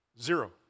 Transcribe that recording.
Zero